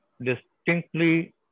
distinctly